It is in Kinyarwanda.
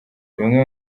bimwe